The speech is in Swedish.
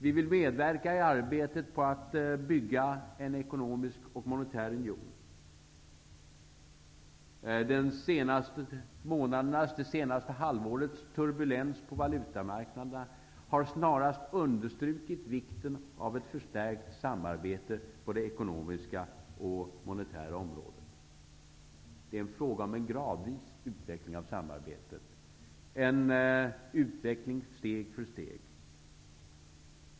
Vi vill medverka i arbetet att bygga en ekonomisk och monetär union. Det senaste halvårets turbulens på valutamarknaderna har snarast understrukit vikten av ett förstärkt samarbete på det ekonomiska och monetära området. Det är en fråga om en gradvis utveckling av samarbetet, en utveckling steg för steg.